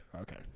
okay